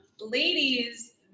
Ladies